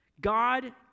God